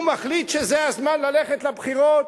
הוא מחליט שזה הזמן ללכת לבחירות?